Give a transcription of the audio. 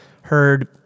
heard